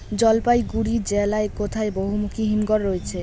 জলপাইগুড়ি জেলায় কোথায় বহুমুখী হিমঘর রয়েছে?